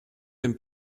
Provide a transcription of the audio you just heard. dem